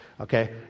Okay